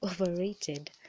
overrated